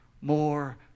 more